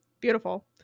Beautiful